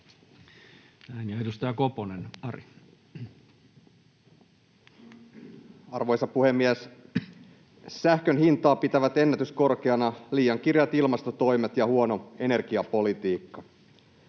— Ja edustaja Koponen, Ari. Arvoisa puhemies! Sähkön hintaa pitävät ennätyskorkeana liian kireät ilmastotoimet ja huono energiapolitiikka.